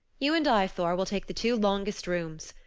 you and i, thor, will take the two longest rooms,